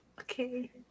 Okay